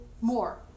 more